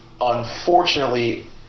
Unfortunately